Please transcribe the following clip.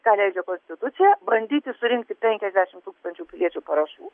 tą leidžia konstitucija bandyti surinkti penkiasdešim tūkstančių piliečių parašų